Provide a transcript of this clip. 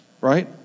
right